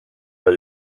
har